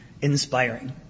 inspiring